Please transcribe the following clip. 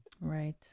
Right